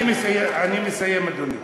אני מסיים, אדוני.